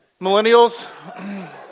millennials